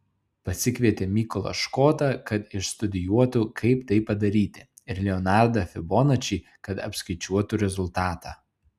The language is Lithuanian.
pasikvietė mykolą škotą kad išstudijuotų kaip tai padaryti ir leonardą fibonačį kad apskaičiuotų rezultatą